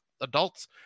adults